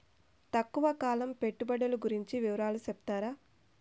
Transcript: తక్కువ కాలం పెట్టుబడులు గురించి వివరాలు సెప్తారా?